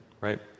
right